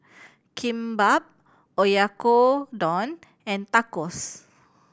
Kimbap Oyakodon and Tacos